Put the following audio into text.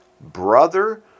brother